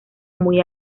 muy